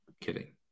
Kidding